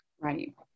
Right